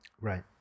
Right